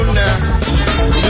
now